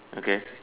okay